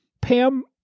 Pam